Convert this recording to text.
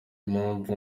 mpamvu